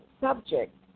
subject